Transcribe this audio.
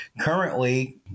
currently